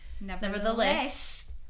nevertheless